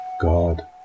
God